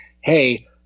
hey